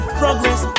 progress